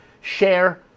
share